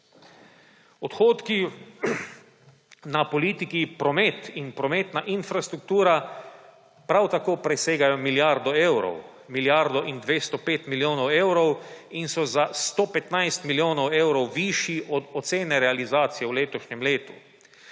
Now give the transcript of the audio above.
Odhodki na politiki promet in prometna infrastruktura prav tako presegajo milijardo evrov, milijardo in 205 milijonov evrov, in so za 115 milijonov evrov višji od ocene realizacije v letošnjem letu.